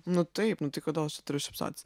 nu taip nu tai kodėl aš čia turiu šypsotis